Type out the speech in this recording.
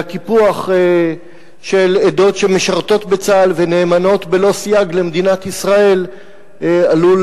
והקיפוח של עדות שמשרתות בצה"ל ונאמנות בלא סייג למדינת ישראל עלול